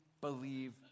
believe